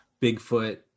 Bigfoot